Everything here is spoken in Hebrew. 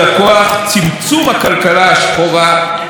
צמצום הכלכלה השחורה ועוד.